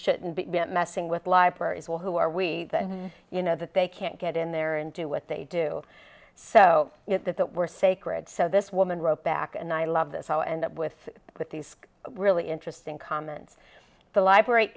shouldn't be messing with libraries will who are we you know that they can't get in there and do what they do so that that were sacred so this woman wrote back and i love this i'll end up with with these really interesting comments the library